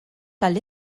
tal